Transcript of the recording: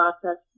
process